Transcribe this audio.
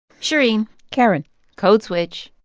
shereen karen code switch